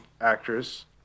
actress